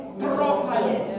properly